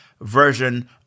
version